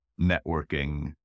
networking